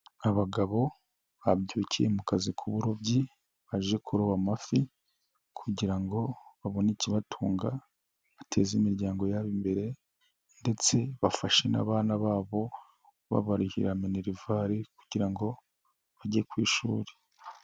Abagabo babyukiye mu kazi k'uburobyi baje kuroba amafi kugira ngo babone ikibatunga bateze imiryango yabo, imbere ndetse bafashe n'abana babo babarihira minervari kugira ngo bajye ku ishuri.